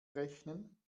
rechnen